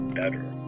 better